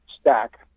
stack